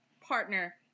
partner